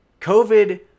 COVID